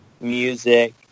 music